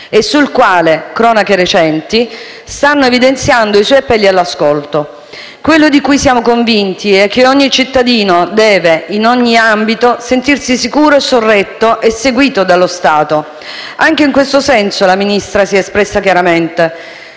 e sul quale cronache recenti stanno evidenziando i suoi appelli all'ascolto. Quello di cui siamo convinti è che ogni cittadino deve, in ogni ambito, sentirsi sicuro, sorretto e seguito dallo Stato. Anche in questo senso il Ministro si è espresso chiaramente: